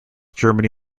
germany